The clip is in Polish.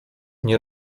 nie